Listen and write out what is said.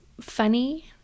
funny